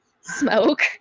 smoke